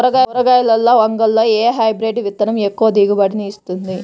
కూరగాయలలో వంగలో ఏ హైబ్రిడ్ విత్తనం ఎక్కువ దిగుబడిని ఇస్తుంది?